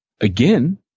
Again